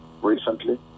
recently